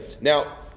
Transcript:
Now